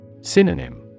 Synonym